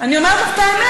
אני אומרת לך את האמת.